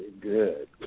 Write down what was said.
good